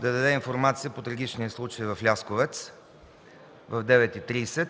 да даде информация по трагичния случай в Лясковец в 9,30